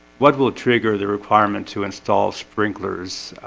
what will trigger the requirement to install sprinklers?